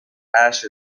ash